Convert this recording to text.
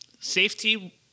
safety